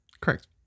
Correct